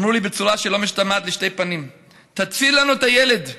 אמרו לי בצורה שלא משתמעת לשתי פנים: תציל לנו את הילד,